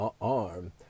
arm